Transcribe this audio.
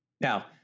Now